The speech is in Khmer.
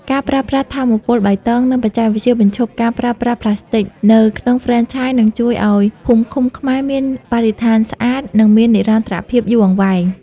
ការប្រើប្រាស់ "ថាមពលបៃតង និងបច្ចេកវិទ្យាបញ្ឈប់ការប្រើប្រាស់ផ្លាស្ទិក" នៅក្នុងហ្វ្រេនឆាយ នឹងជួយឱ្យភូមិឃុំខ្មែរមានបរិស្ថានស្អាត និងមាននិរន្តរភាពយូរអង្វែង។